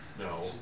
No